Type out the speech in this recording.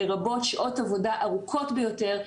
לרבות שעות עבודה ארוכות ביותר,